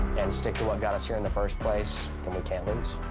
and stick to what got us here in the first place, then we can't lose.